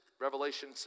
Revelation